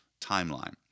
timeline